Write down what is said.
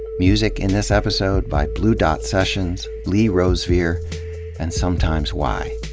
music in this episode by blue dot sessions, lee rosevere, and sumtimes why.